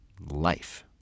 life